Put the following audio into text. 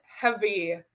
heavy